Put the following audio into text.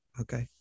Okay